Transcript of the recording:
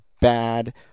bad